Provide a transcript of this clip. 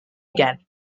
again